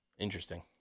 Interesting